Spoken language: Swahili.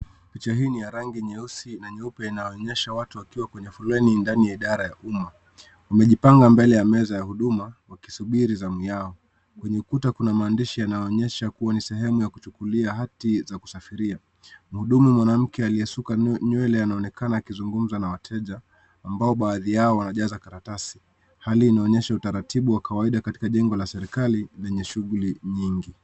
Picha hii ni ya rangi nyeusi na nyeupe, inaonyesha watu wakiwa kwenye foleni ndani ya idara ya umma. Wamejipanga mbele ya meza ya huduma wakisubiri zamu yao. Kwenye ukuta kuna maandishi yanayoonyesha kuwa ni sehemu ya kuchukulia hati ya kusafiria. Mhudumu mwanamke aliyesuka nywele anaonekana akizungumza na wateja, ambao baadhi yao wanajaza karatasi. Hali inaonyesha utaratibu wa kawaida katika jengo la serikali lenye shughuli nyingi.